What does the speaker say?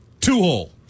Two-hole